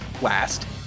last